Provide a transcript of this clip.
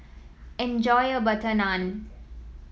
enjoy your butter naan